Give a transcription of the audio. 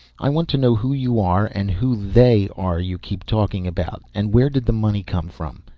i want to know who you are, and who they are you keep talking about. and where did the money come from.